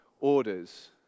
orders